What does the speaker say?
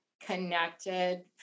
connected